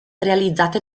realizzate